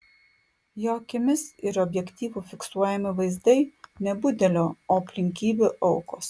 jo akimis ir objektyvu fiksuojami vaizdai ne budelio o aplinkybių aukos